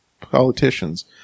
politicians